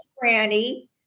Granny